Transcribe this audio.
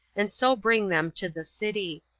and so bring them to the city.